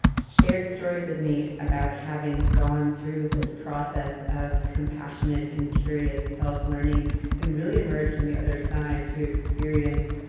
shared stories of me about having gone through this process of compassionate and curious self learning and really emerged and the other side to experience